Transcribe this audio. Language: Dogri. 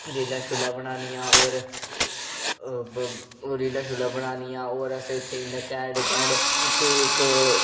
रीलां शीलां बनानियां और रीलां शीलां बनानी और असें उत्थै इन्ना घैंट घैंट उत्थै इक